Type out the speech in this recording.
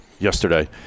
yesterday